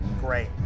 great